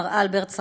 מר אלברט סחרוביץ,